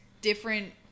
different